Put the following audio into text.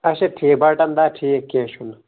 اچھا ٹھیٖک بٹن دار ٹھیٖک ٹھیٖک کیٚنٛہہ چھُنہٕ